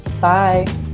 Bye